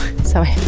sorry